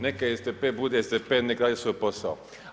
Neka SDP bude SDP neka radi svoj posao.